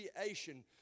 creation